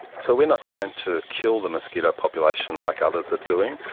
so we are not trying to kill the mosquito population like others are doing,